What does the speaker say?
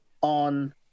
on